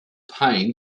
pain